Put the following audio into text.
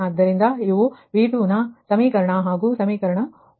ಆದ್ದರಿಂದ ಇವು V2 ನ ಸಮೀಕರಣ ಹಾಗೂ ಸಮೀಕರಣ 3 ಆಗಿದೆ